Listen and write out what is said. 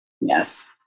Yes